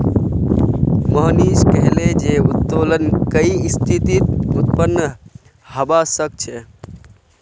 मोहनीश कहले जे उत्तोलन कई स्थितित उत्पन्न हबा सख छ